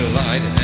light